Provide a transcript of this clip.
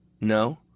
No